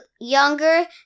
younger